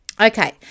Okay